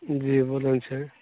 जी बोलै छै